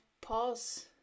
pause